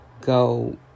go